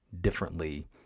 differently